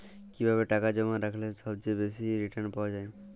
কিভাবে টাকা জমা রাখলে সবচেয়ে বেশি রির্টান পাওয়া য়ায়?